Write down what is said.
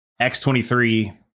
X23